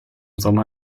sommer